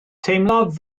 teimlaf